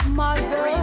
mother